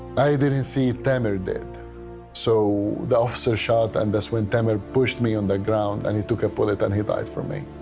i didn't see tammer. and so the officer shot, and that's when tammer pushed me on the ground and he took a bullet and he died for me.